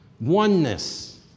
Oneness